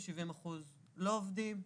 70% לא עובדים,